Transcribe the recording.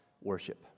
worship